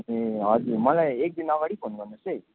ए हजुर मलाई एकदिन अगाडि फोन गर्नुहोस् है